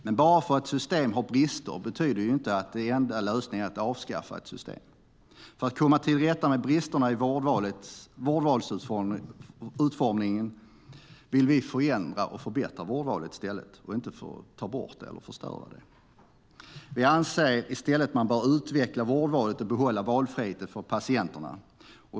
Men bara för att ett system har brister betyder det inte att den enda lösningen är att avskaffa systemet. För att komma till rätta med bristerna i vårdvalets utformning vill vi i stället förändra och förbättra vårdvalet, inte ta bort det eller förstöra det. Vi anser att man bör utveckla vårdvalet och behålla valfriheten för patienterna.